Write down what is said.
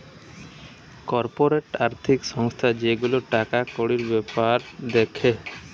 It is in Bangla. কর্পোরেট আর্থিক সংস্থা যে গুলা টাকা কড়ির বেপার দ্যাখে